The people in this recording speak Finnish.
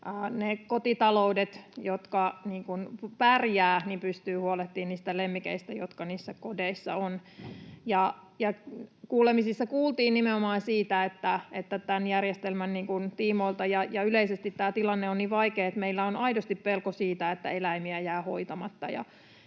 kotitaloudet, jotka pärjäävät, pystyvät huolehtimaan niistä lemmikeistä, jotka niissä kodeissa ovat. Kuulemisissa kuultiin nimenomaan siitä, että tämän järjestelmän tiimoilta ja kun yleisesti tämä tilanne on niin vaikea, niin meillä on aidosti pelko siitä, että eläimiä jää hoitamatta.